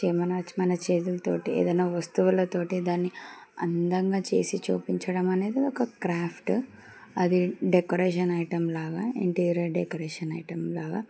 చమనచ మన చేతులతోటి ఏదైనా వస్తువులతోటి దాన్ని అందంగా చేసి చూపించడం అనేది ఒక క్రాఫ్ట్ అది డెకరేషన్ ఐటెం లాగా ఇంటీరియర్ డెకరేషన్ ఐటెం లాగా